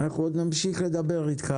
אנחנו עוד נמשיך לדבר איתך